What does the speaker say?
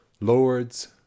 lords